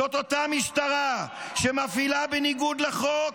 זאת אותה משטרה שמפעילה בניגוד לחוק